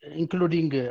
including